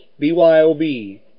BYOB